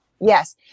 Yes